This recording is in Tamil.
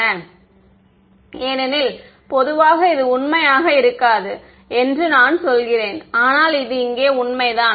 மாணவர் Er இருக்கும் ஏனெனில் பொதுவாக இது உண்மையாக இருக்காது என்று நான் சொல்கிறேன் ஆனால் அது இங்கே உண்மைதான்